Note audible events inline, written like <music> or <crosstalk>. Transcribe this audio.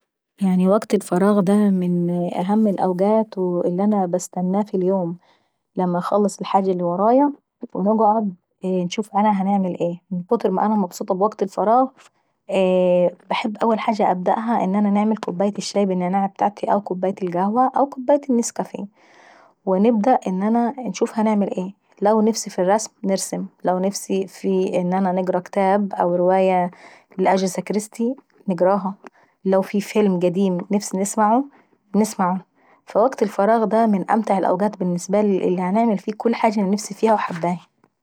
يعني وكت الفراغ دا من اهم الأوقات اللي انا باستناه في اليوم. لما انخلص الحاجة اللي ورايا ونشوف انا هنعمل ايه، من كتر مانا مبسوطة بوكت الفراغ. <hesitation> انحب اول حاجة نبدأها ان انا نعمل كوباية كوباية الشاي بالنعناع ابتاعتي او كوباية القهوة او كوباية النيسكافيه. ونبدأ ان انا نشوف هنعمل ايه لو نفسي في الرسم نرسم، لو نفسي نقرا كتاب او رواية لأجاثا كريستي نقراها. ولو في فيلم قديم نفسي نسمعه باسمعه. فوكت الفراغ دا من أمتع الأوقات بالنسبة ليي لاني باعمل فيه كل حاجة نفسي فيها وحبابهي.